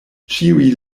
ĉiuj